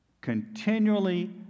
Continually